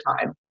time